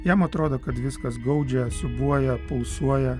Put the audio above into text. jam atrodo kad viskas gaudžia siūbuoja pulsuoja